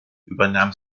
übernahm